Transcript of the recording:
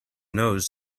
nose